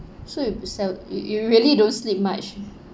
so you sel~ you you really don't sleep much